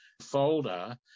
folder